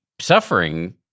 suffering—